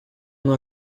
она